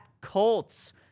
Colts